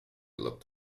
looked